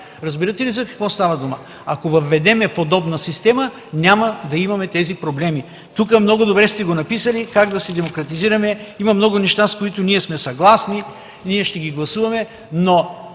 Разбирате ли за какво става дума?! Ако въведем подобна система, няма да има тези проблеми. Тук много добре сте написали как да се демократизираме. Има много неща, с които ние сме съгласни. Ще ги гласуваме, но